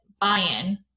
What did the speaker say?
buy-in